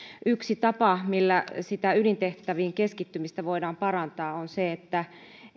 yksi tapa millä sitä ydintehtäviin keskittymistä voidaan parantaa on se että